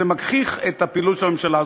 זה מגחיך את הפעילות של הממשלה הזאת.